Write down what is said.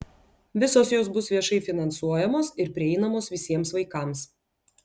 visos jos bus viešai finansuojamos ir prieinamos visiems vaikams